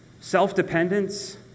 self-dependence